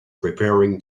preparing